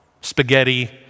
spaghetti